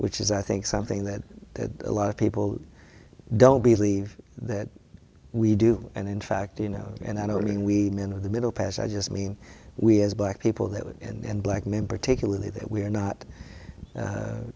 which is i think something that a lot of people don't believe that we do and in fact you know and i don't mean we men of the middle past i just mean we as black people that and black men particularly that we are not